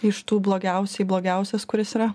iš tų blogiausiai blogiausias kuris yra